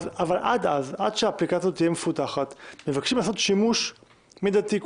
עד שהאפליקציה הזאת תהיה מפותחת מבקשים לעשות שימוש מידתי.